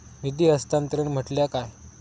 निधी हस्तांतरण म्हटल्या काय?